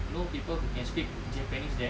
know people who can speak japanese there